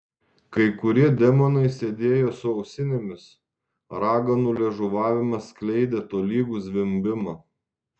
kai kurie demonai sėdėjo su ausinėmis raganų liežuvavimas skleidė tolygų zvimbimą